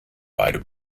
beide